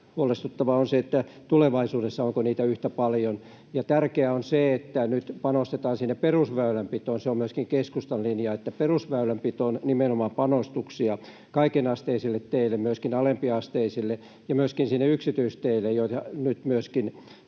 huolestuttavaa on se, onko tulevaisuudessa niitä yhtä paljon. Tärkeää on se, että nyt panostetaan sinne perusväylänpitoon. Se on myöskin keskustan linja, että perusväylänpitoon nimenomaan panostuksia kaikenasteisille teille, myöskin alempiasteisille ja myöskin sinne yksityisteille, joita nyt tällä